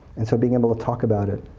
and so being able to talk about it